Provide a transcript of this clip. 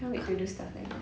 ugh